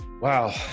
wow